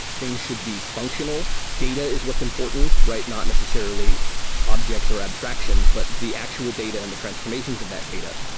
things should be functional. data is what's important, right? not necessarily objects are abstractions, but the actual data and the transformations of that data.